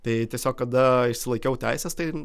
tai tiesiog kada išsilaikiau teises tai